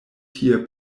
tie